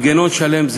זה מנגנון שלם,